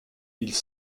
ils